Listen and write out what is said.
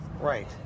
Right